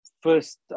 first